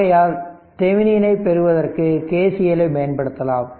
ஆகையால் தெவெனினைப் பெறுவதற்கு KVLஐ பயன்படுத்தலாம்